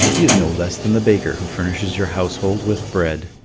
he is no less than the baker who furnishes your household with bread.